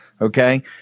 Okay